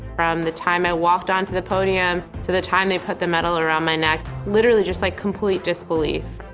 from the time i walked onto the podium, to the time they put the medal around my neck, literally just like complete disbelief.